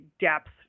depth